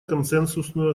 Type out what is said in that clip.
консенсусную